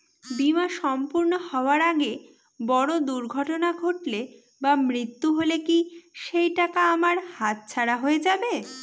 বীমা সম্পূর্ণ হওয়ার আগে বড় দুর্ঘটনা ঘটলে বা মৃত্যু হলে কি সেইটাকা আমার হাতছাড়া হয়ে যাবে?